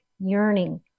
yearning